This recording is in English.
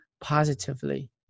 positively